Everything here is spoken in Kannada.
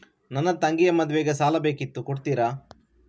ನನ್ನ ತಂಗಿಯ ಮದ್ವೆಗೆ ಸಾಲ ಬೇಕಿತ್ತು ಕೊಡ್ತೀರಾ?